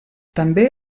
també